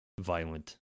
violent